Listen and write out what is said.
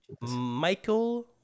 Michael